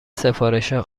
سفارشها